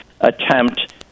attempt